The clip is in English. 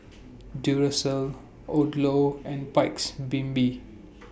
Duracell Odlo and Paik's Bibim